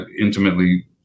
intimately